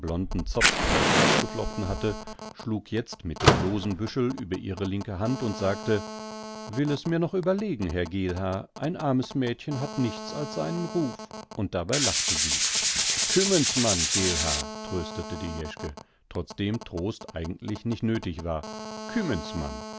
zopf halb aufgeflochten hatte schlug jetzt mit dem losen büschel über ihre linke hand und sagte will es mir noch überlegen herr geelhaar ein armes mädchen hat nichts als seinen ruf und dabei lachte sie kümmen's man geelhaar tröstete die jeschke trotzdem trost eigentlich nicht nöthig war